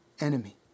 enemy